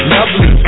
Lovely